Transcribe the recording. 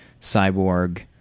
cyborg